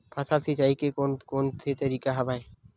फसल सिंचाई के कोन कोन से तरीका हवय?